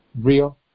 real